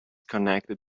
connected